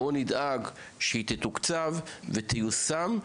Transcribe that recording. בואו נדאג שהיא תתוקצב ותיושם,